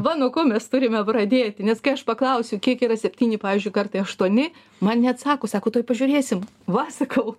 va nuo ko mes turime pradėti nes kai aš paklausiu kiek yra septyni pavyzdžiui kartai aštuoni man neatsako sako tuoj pažiūrėsim va sakau